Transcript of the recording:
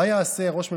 מה יעשה ראש ממשלה?